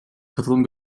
katılım